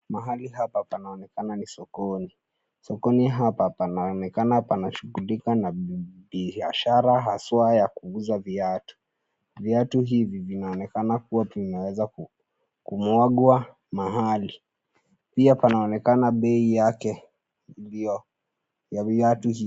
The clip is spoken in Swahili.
Mahali hapa panaonekana ni sokoni. Sokoni hapa panaonekana panashughulika na biashara haswa ya kuuza viatu. Viatu hivi vinaonekana kuwa vinaweza kumwagwa mahali. Pia panaonekana bei yake ndio ya viatu hivi.